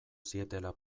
zietela